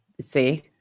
See